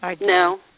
no